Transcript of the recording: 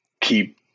keep